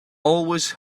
always